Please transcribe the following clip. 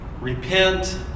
repent